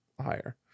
higher